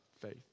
faith